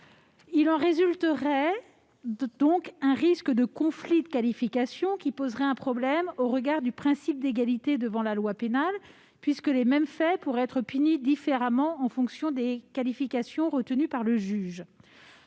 Il en résulterait donc un risque de conflit de qualification qui poserait un problème au regard du principe d'égalité devant la loi pénale, les mêmes faits pouvant être punis différemment en fonction des qualifications retenues par le juge.